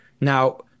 Now